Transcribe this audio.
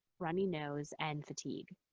runny nose, and fatigue.